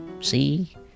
See